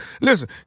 Listen